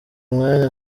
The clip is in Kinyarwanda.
umwanya